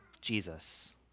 Jesus